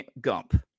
Gump